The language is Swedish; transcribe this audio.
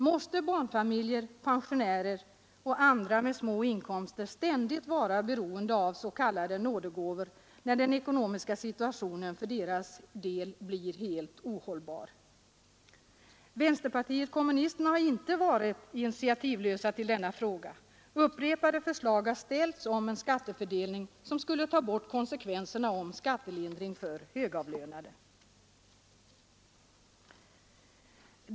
Måste barnfamiljer, pensionärer och andra med små inkomster ständigt vara beroende av s.k. nådegåvor när den ekonomiska situationen för deras del blir helt ohållbar? Vänsterpartiet kommunisterna har inte varit initiativlöst i denna fråga. Upprepade förslag har ställts om en skattefördelning som skulle ta bort konsekvensen skattelindring för högavlönade.